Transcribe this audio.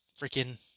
freaking